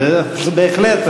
בהחלט.